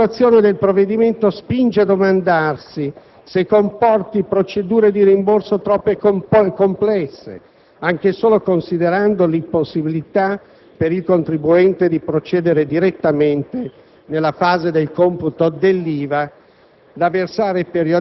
La strutturazione del provvedimento spinge a domandarsi se comporti procedure di rimborso troppo complesse, anche solo considerando l'impossibilità per il contribuente di procedere direttamente, nella fase del computo dell'IVA